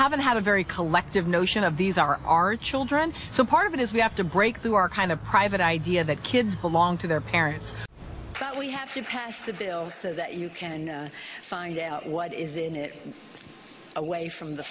haven't had a very collective notion of these are our children so part of it is we have to break through our kind of private idea that kids belong to their parents that we have to pass the bill so that you can find what is in it away from the